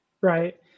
Right